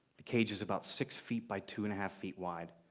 the cage is about six feet by two and a half feet wide,